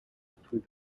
between